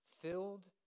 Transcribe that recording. filled